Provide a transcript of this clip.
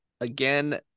again